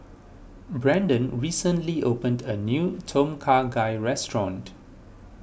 Brandon recently opened a new Tom Kha Gai restaurant